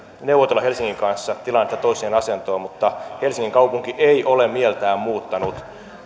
neuvotella helsingin kanssa tilannetta toiseen asentoon mutta helsingin kaupunki ei ole mieltään muuttanut